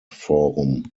forum